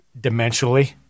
dimensionally